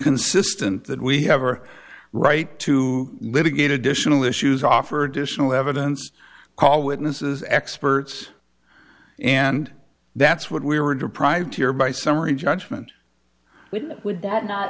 consistent that we have are right to litigate additional issues offer additional evidence call witnesses experts and that's what we were deprived here by summary judgment would that not